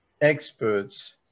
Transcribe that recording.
experts